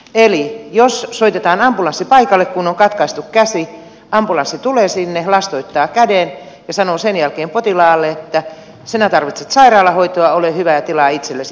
eli jos soitetaan ambulanssi paikalle kun on katkaistu käsi ambulanssi tulee sinne lastoittaa käden ja sanoo sen jälkeen potilaalle että sinä tarvitset sairaalahoitoa ole hyvä ja tilaa itsellesi taksi